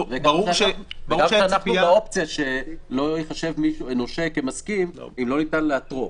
וגם באופציה שלא ייחשב נושה כמסכים אם לא ניתן לאתרו.